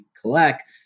collect